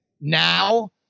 Now